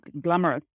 glamorous